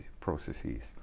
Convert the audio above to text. processes